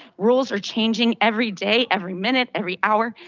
rules are changing every day, every minute, every hour,